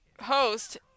host